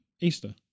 Easter